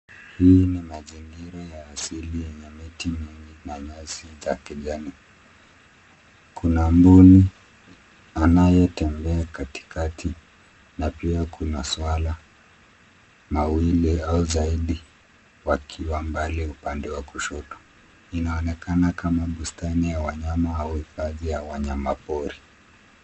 Hii ni mazingira ya asili yenye miti mingi na nyasi za kijani, kuna mbuni anayetembea katikati na pia kuna swala mawili au zaidi wakiwa mbali upande wa kushoto. Inaonekana kama bustani ya wanyama au vipaji ya wanyama pori.